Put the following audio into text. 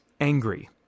angry